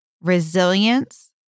resilience